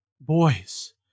boys